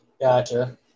Gotcha